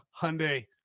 Hyundai